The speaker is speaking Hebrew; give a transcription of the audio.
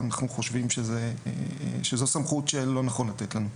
הנה סמכות שלא נכון לתת לנו.